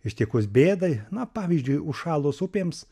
ištikus bėdai na pavyzdžiui užšalus upėms